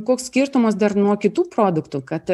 koks skirtumas dar nuo kitų produktų kad